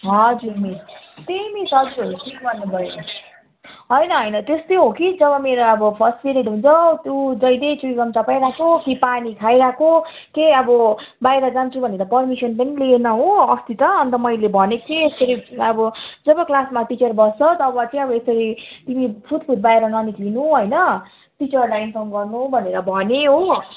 हजुर मिस त्यही मिस हजुर ठिक भन्नु भयो होइन होइन त्यस्तै हो कि चलेर अब फर्स्ट पिरियड हुन्छ ऊ जहिले चुइङ् गम चपाइरहेको कि पानी खाइरहेको कि अब बाहिर जान्छु भनेर पर्मिसन पनि लिएन हो अस्ति त अन्त मैले भनेको थिएँ यसरी अब जब क्लासमा टिचर बस्छ तब चाहिँ अब यसरी तिमी फुत फुत बाहिर न निस्कनु होइन टिचरलाई इन्फर्म गर्नु भनेर भने हो